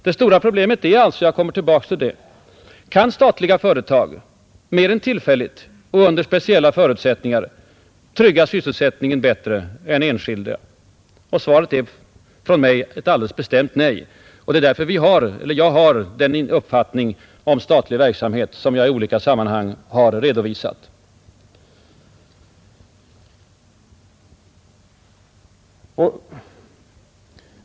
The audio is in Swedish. Det stora problemet är alltså — jag kommer tillbaka till det — om statliga företag kan mer än tillfälligt och under speciella förutsättningar trygga sysselsättningen bättre än enskilda. Svaret är från mig ett alldeles vi bestämt nej, och det är därför jag har den uppfattning om statlig verksamhet som jag i olika sammanhang har redovisat.